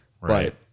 Right